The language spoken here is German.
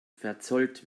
verzollt